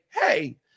hey